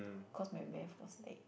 cause my math was like